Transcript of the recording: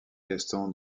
gaston